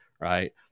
right